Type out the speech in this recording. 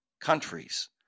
countries